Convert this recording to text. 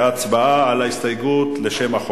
להצבעה על ההסתייגות לשם החוק.